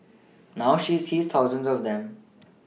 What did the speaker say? now she sees thousands of them